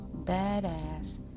badass